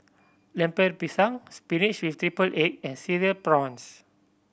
Lemper Pisang spinach with triple egg and Cereal Prawns